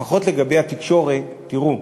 לפחות לגבי התקשורת: תראו,